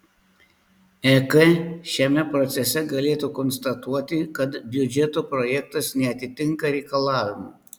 ek šiame procese galėtų konstatuoti kad biudžeto projektas neatitinka reikalavimų